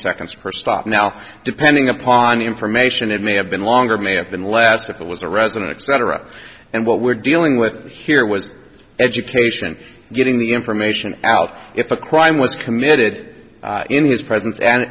seconds per stop now depending upon information it may have been longer may have been less if it was a resident cetera and what we're dealing with here was education getting the information out if a crime was committed in his presence and